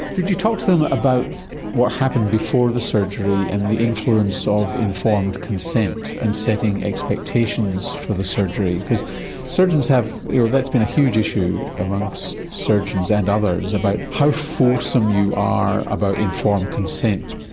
did you talk to them about what happened before the surgery and the influence of informed consent and setting expectations for the surgery? because surgeons have, you know, that's been a huge issue amongst surgeons and others about how fulsome you are about informed consent.